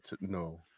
no